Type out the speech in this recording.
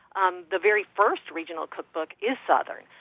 um the very first regional cookbook is southern,